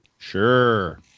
Sure